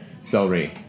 celery